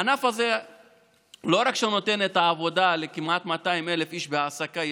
הענף הזה לא רק נותן את העבודה כמעט ל-200,000 איש בהעסקה ישירה,